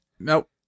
nope